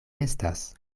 estas